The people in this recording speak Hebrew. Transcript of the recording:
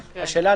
השאלה,